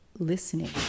listening